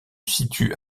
situe